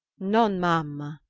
non m'ama.